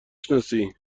شناسی